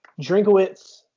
Drinkowitz